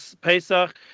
Pesach